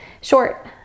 Short